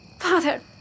Father